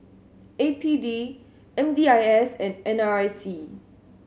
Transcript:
A P D M D I S and N R I C